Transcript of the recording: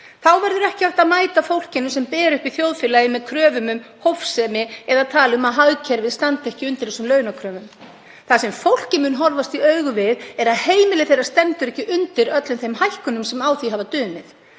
Þá verður ekki hægt að mæta fólkinu sem ber uppi þjóðfélagið með kröfum um hófsemi eða tali um að hagkerfið standi ekki undir þessum launakröfum. Það sem fólkið mun horfast í augu við er að heimili þeirra stendur ekki undir öllum þeim hækkunum sem á því hafa dunið.